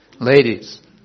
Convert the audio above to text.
Ladies